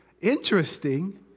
interesting